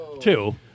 Two